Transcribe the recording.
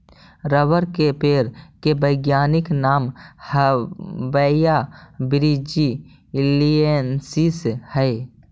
rubber के पेड़ के वैज्ञानिक नाम हैविया ब्रिजीलिएन्सिस हइ